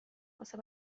واسه